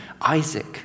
Isaac